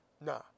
Nah